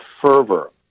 fervor